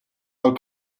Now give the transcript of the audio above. għall